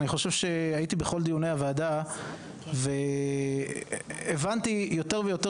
הייתי בכל דיוני הוועדה והבנתי יותר ויותר